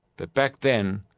but back then,